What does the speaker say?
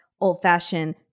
old-fashioned